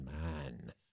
man